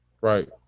right